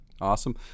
Awesome